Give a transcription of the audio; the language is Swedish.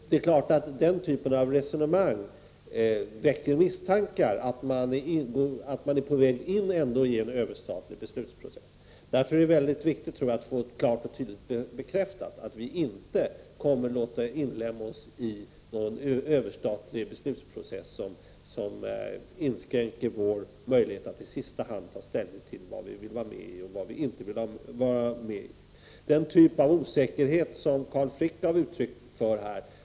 Det är klart att den typen av resonemang väcker misstankar om att vi ändå är på väg in i en överstatlig beslutsprocess. Därför är det enligt min uppfattning mycket viktigt att få klart och tydligt bekräftat att vi inte kommer att låta inlemma oss i någon överstatlig beslutsprocess som inskränker vår möjlighet att i sista hand ta ställning till vad vi vill och inte vill vara med i. Den typ av osäkerhet som Carl Frick här gav uttryck för tycker jag visar — Prot.